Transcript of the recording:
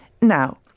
Now